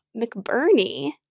McBurney